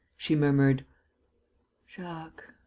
she murmured jacques.